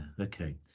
Okay